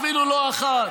אפילו לא אחת.